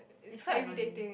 it's quite noisy